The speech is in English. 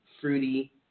fruity